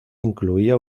incluía